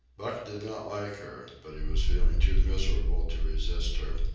buck did not like her, but he was feeling too miserable to resist her,